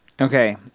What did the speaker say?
Okay